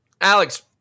alex